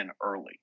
early